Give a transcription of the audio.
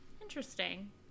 Interesting